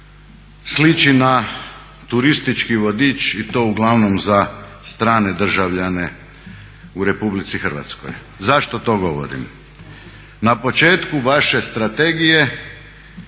sliči na turistički vodič i to uglavnom za strane državljane u RH. Zašto to govorim? Na početku vaše strategije